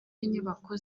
y’inyubako